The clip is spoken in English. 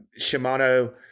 Shimano